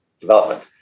development